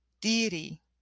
deity